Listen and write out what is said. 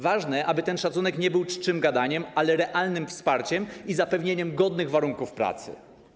Ważne, aby ten szacunek nie był czczym gadaniem, ale realnym wsparciem i zapewnieniem godnych warunków pracy.